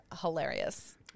hilarious